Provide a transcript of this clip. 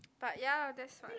but ya that's what